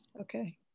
Okay